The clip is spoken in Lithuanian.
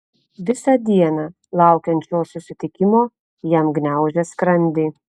visą dieną laukiant šio susitikimo jam gniaužė skrandį